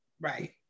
Right